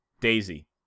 Daisy